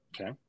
Okay